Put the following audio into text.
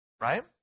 right